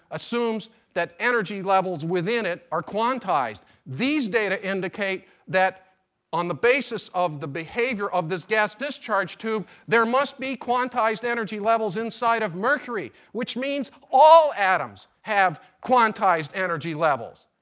assumes that energy levels within it are quantized. these data indicate that on the basis the behavior of this gas discharge tube, there must be quantized energy levels inside of mercury, which means all atoms have quantized energy levels.